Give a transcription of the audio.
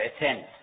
attend